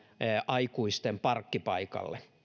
aikuisten parkkipaikalle